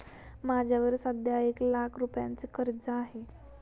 माझ्यावर सध्या एक लाख रुपयांचे कर्ज आहे